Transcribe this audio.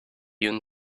dune